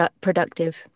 productive